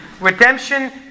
Redemption